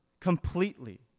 completely